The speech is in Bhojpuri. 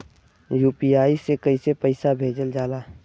यू.पी.आई से कइसे पैसा भेजल जाला?